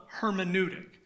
hermeneutic